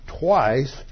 twice